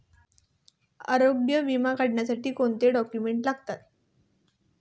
आरोग्य विमा काढण्यासाठी कोणते डॉक्युमेंट्स लागतात?